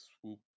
swoop